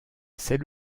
c’est